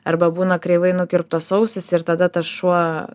arba būna kreivai nukirptos ausys ir tada tas šuo